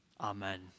Amen